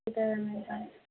ಇದ್ದಾವೆ ಮೇಡಮ್